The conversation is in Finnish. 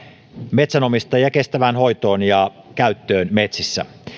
metsänomistajia metsien kestävään hoitoon ja käyttöön